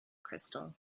crystal